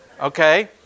okay